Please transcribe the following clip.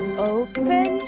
open